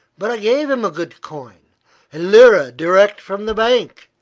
but i gave him a good coin a lira direct from the bank,